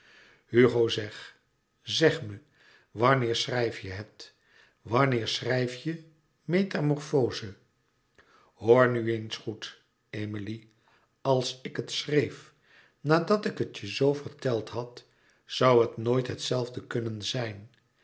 hugo zeg zeg me wanneer schrijf je het wanneer schrijf je metamorfoze hoor nu eens goed emilie als ik het schreef nadat ik het je zoo verteld had zoû het nooit het zelfde kunnen zijn